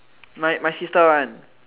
my my sister one